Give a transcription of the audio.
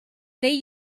they